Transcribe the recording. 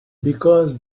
because